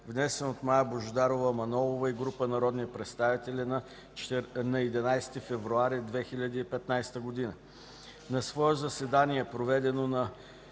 внесен от Мая Божидарова Манолова и група народни представители на 11 февруари 2015 г. На свое заседание, проведено на